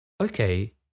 okay